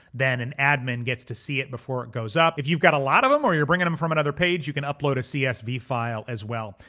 then an admin gets to see it before it goes up. if you've got a lot of them or you're bringing them from another page, you can upload a csv file as well.